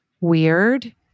weird